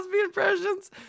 impressions